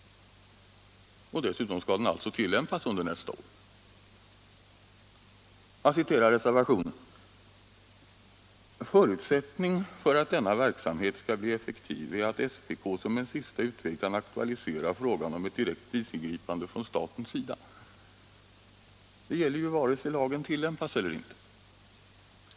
Dessutom skall den alltså tillämpas under nästa år. Jag citerar ur reservationen: ”En förutsättning för att denna verksamhet skall bli effektiv är emellertid att SPK som en sista utväg kan aktualisera frågan om ett direkt prisingripande från statens sida.” Detta gäller ju vare sig lagen tillämpas eller inte.